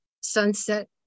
sunset